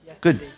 Good